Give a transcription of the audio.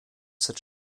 such